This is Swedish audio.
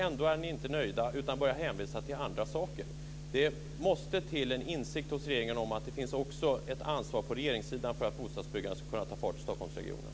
Ändå är ni inte nöjda utan börjar hänvisa till andra saker. Det måste till en insikt hos regeringen om att det också finns ett ansvar på regeringssidan för att bostadsbyggandet ska kunna ta fart i Stockholmsregionen.